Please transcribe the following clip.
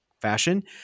fashion